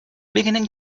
beginning